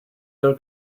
your